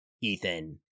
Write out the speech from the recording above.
Ethan